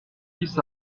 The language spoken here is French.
dix